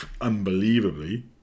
unbelievably